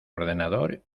ordenador